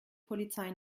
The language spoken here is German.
polizei